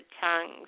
tongues